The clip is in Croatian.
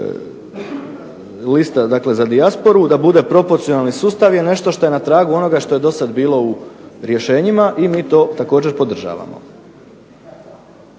dakle za dijasporu, da bude proporcionalni sustav je nešto što je na tragu onoga što je do sad bilo u rješenjima i mi to također podržavamo.